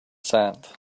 sand